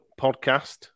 podcast